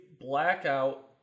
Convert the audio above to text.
Blackout